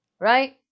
Right